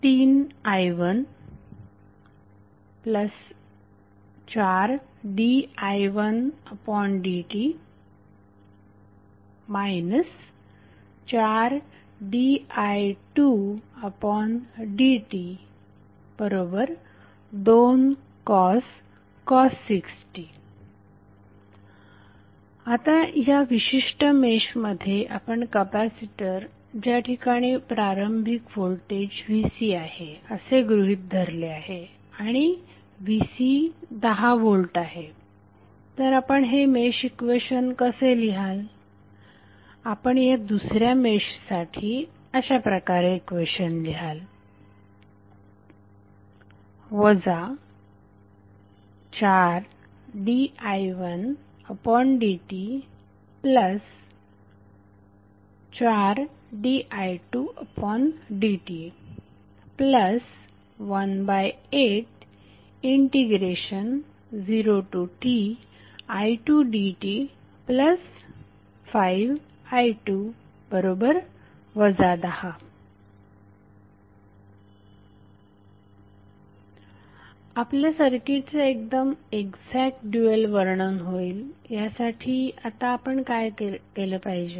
3i14di1dt 4di2dt2cos 6t आता या विशिष्ट मेशमध्ये आपण कपॅसिटर ज्या ठिकाणी प्रारंभिक व्होल्टेज vCआहे असे गृहीत धरले आहे आणि vC 10 व्होल्ट आहे तर आपण हे मेश इक्वेशन कसे लिहिणार आपण या दुसऱ्या मेशसाठी अशाप्रकारे इक्वेशन लिहाल 4di1dt4di2dt180ti2dt5i2 10 आपल्या सर्किटचे एकदम एक्झॅक्ट ड्यूएल वर्णन होईल यासाठी आता आपण काय केले पाहिजे